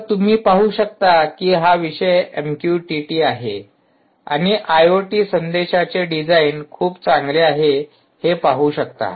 तर तुम्ही पाहू शकता कि हा विषय एमक्यूटीटी आहे आणि आयओटी संदेशांचे डिझाईन खूप चांगले आहे हे पाहू शकता